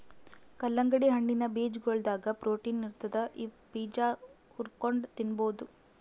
ಕಲ್ಲಂಗಡಿ ಹಣ್ಣಿನ್ ಬೀಜಾಗೋಳದಾಗ ಪ್ರೊಟೀನ್ ಇರ್ತದ್ ಇವ್ ಬೀಜಾ ಹುರ್ಕೊಂಡ್ ತಿನ್ಬಹುದ್